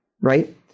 right